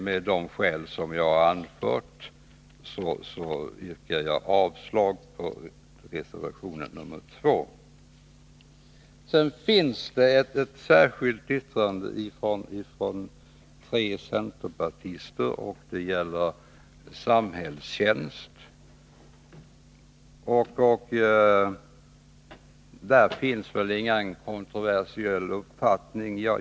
Med de skäl jag har anfört yrkar jag avslag på reservationen nr 2. I ett särskilt yrkande från tre centerpartister behandlas frågan om samhällstjänst. Där finns ingen kontroversiell uppfattning.